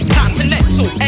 continental